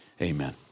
amen